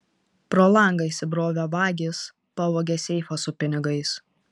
pro langą įsibrovę vagys pavogė seifą su pinigais